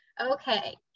Okay